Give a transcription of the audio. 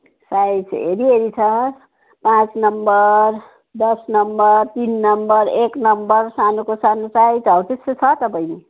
size हेरी हेरी छ पाँच नम्बर दस नम्बर तिन नम्बर एक नम्बर सानोको सानो साइज हो त्यस्तो छ त बहिनी